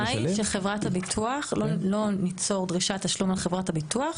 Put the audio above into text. ההסכמה היא שחברת הביטוח לא ניצור דרישת תשלום על חברות הביטוח